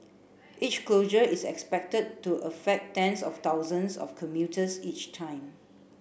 each closure is expected to affect tens of thousands of commuters each time